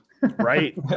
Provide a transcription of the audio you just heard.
Right